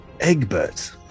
Egbert